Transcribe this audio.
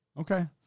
Okay